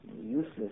useless